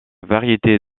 variété